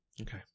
okay